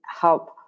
help